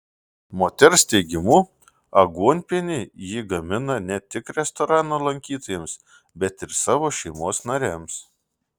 moters teigimu aguonpienį ji gamina ne tik restorano lankytojams bet ir savo šeimos nariams